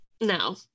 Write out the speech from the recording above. no